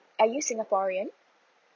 are you singaporean